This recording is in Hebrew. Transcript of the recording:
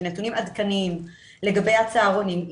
של נתונים עדכניים לגבי הצהרונים.